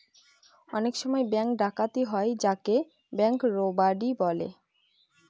অনেক সময় ব্যাঙ্ক ডাকাতি হয় যাকে ব্যাঙ্ক রোবাড়ি বলে